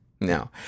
no